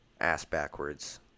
ass-backwards